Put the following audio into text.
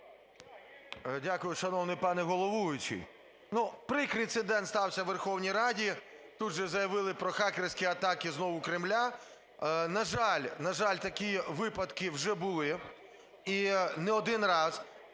Дякую, шановний пане головуючий. Прикрий інцидент стався у Верховній Раді, тут же заявили про хакерські атаки знову Кремля. На жаль, на жаль, такі випадки вже були, і не один раз.